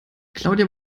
claudia